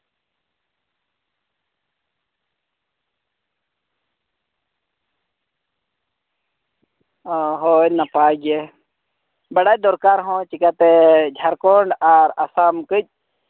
ᱚ ᱦᱳᱭ ᱱᱟᱯᱟᱭ ᱜᱮ ᱵᱟᱲᱟᱭ ᱫᱚᱨᱠᱟᱨ ᱦᱚᱸ ᱪᱮᱠᱟᱛᱮ ᱡᱷᱟᱲᱠᱷᱚᱸᱰ ᱟᱨ ᱟᱥᱟᱢ ᱠᱟᱹᱡ